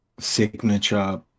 Signature